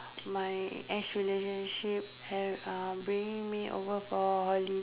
my ex relationship had uh bringing me over for holi~